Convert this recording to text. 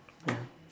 ya